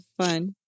fun